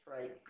right